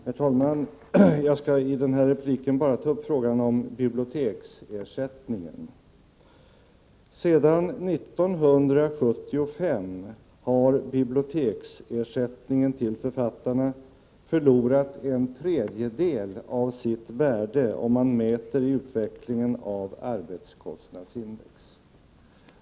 Herr talman! Jag skall i denna replik bara ta upp frågan om biblioteksersättningen. Biblioteksersättningen till författarna har sedan 1975 förlorat en tredjedel av sitt värde, om man mäter enligt utvecklingen av arbetskostnadsindex.